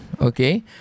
okay